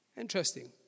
Interesting